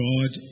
God